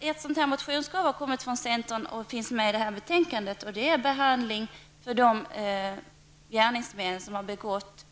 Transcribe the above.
Ett motionskrav från centern i betänkandet är behandling för de gärningsmän som begått